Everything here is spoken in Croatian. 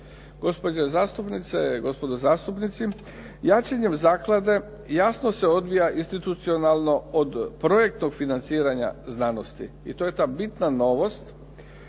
Gospođe zastupnice, gospodo zastupnici. Jačanjem zaklade jasno se odvija institucionalno od projektnog financiranja znanosti i to je ta bitna novost.